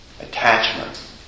Attachment